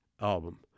album